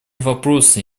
вопросы